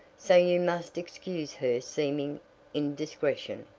so you must excuse her seeming indiscretion.